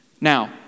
Now